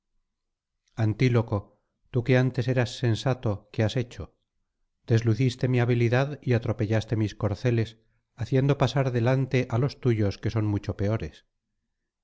antíloco tú que antes eras sensato qué has hecho desluciste mi habilidad y atropellaste mis corceles haciendo pasar delante á los tuyos que son mucho peores